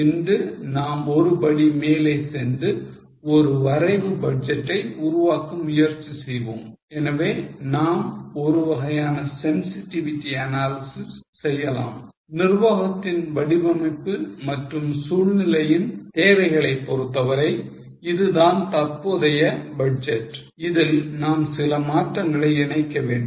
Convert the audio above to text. இன்று நாம் ஒரு படி மேலே சென்று ஒரு வரைவு பட்ஜெட் ஐ உருவாக்க முயற்சி செய்வோம் எனவே நாம் ஒரு வகையான sensitivity analysis செய்யலாம் நிர்வாகத்தின் வடிவமைப்பு மற்றும் சூழ்நிலையின் தேவைகளை பொறுத்தவரை இதுதான் தற்போதைய பட்ஜெட் இதில் நாம் சில மாற்றங்களை இணைக்க வேண்டும்